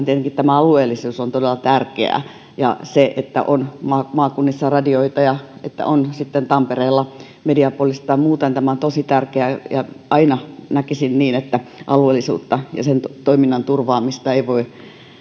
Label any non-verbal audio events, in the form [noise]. [unintelligible] tietenkin tämä alueellisuus on todella tärkeää ja se että on maakunnissa radioita ja että on sitten tampereella mediapolis tai muuta tämä on tosi tärkeää ja aina näkisin niin että alueellisuutta ja sen toiminnan turvaamista